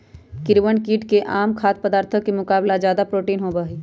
कीड़वन कीट में आम खाद्य पदार्थ के मुकाबला ज्यादा प्रोटीन होबा हई